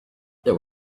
there